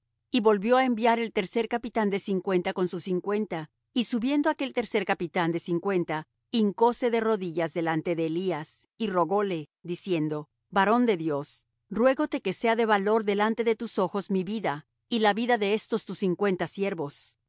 y volvió á enviar el tercer capitán de cincuenta con sus cincuenta y subiendo aquel tercer capitán de cincuenta hincóse de rodillas delante de elías y rogóle diciendo varón de dios ruégote que sea de valor delante de tus ojos mi vida y la vida de estos tus cincuenta siervos